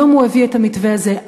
היום הוא הביא את המתווה הזה.